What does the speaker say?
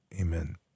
amen